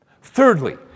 Thirdly